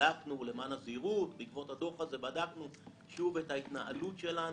בדקנו בעקבות הדוח הזה את ההתנהלות שלנו,